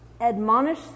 admonish